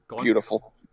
Beautiful